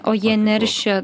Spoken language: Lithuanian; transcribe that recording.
o jie neršia